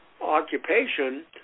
occupation